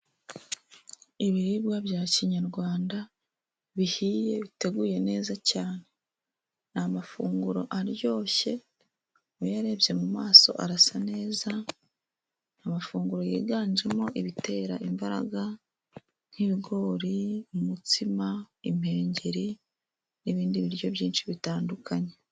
Ibiribwa bya kinyarwanda bihiye biteguye neza cyane. Ni amafunguro aryoshye, uyarebye mu maso arasa neza. Amafunguro yiganjemo ibitera imbaraga nk'ibigori, umutsima, impengeri n'ibindi biryo byinshi bitandukanye.